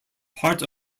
part